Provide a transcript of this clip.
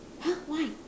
!huh! why